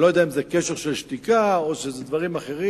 אני לא יודע אם זה קשר של שתיקה או דברים אחרים,